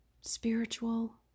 Spiritual